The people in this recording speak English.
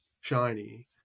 Shiny